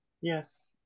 Yes